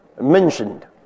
mentioned